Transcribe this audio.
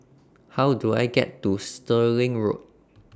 How Do I get to Stirling Road